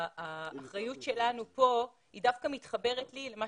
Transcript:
האחריות שלנו כאן דווקא מתחברת לי למה